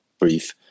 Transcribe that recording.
brief